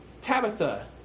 Tabitha